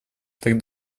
так